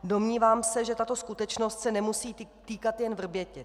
Domnívám se, že tato skutečnost se nemusí týkat jen Vrbětic.